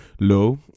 low